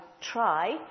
try